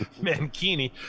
mankini